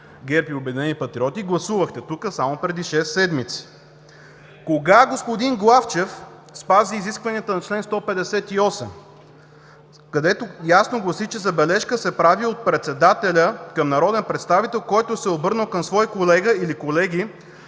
патриоти“, гласувахте тук само преди шест седмици. (Шум и реплики от ГЕРБ.) Кога господин Главчев спази изискванията на чл. 158, който ясно гласи, че забележка се прави от председателя към народен представител, който се е обърнал към свой колега или колеги